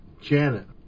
Janet